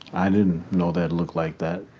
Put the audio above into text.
i didn't know that'd look like that.